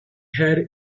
had